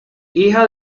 hija